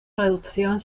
reducción